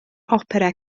opera